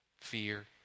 Fear